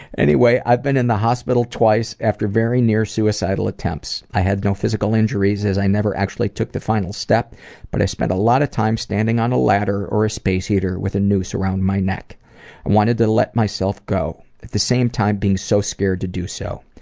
anyway, i've been in the hospital twice after very near suicidal attempts. i had no physical injuries as i never took the final step but i spent a lot of time standing on a ladder or a space heater with a noose around my neck. i wanted to let myself go. at the same time, being so scared to do so.